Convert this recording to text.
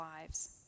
lives